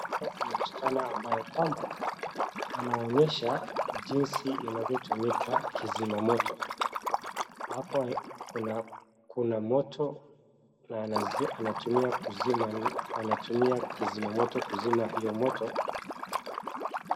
Hapa kuna msichana ambayo kwamba anaonyesha kwamba jinsi inavyotumika kizima moto hapo kuna moto na anatumia kizima moto kuzima hio moto.